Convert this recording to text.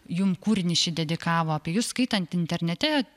jum kūrinį šį dedikavo apie jus skaitant internete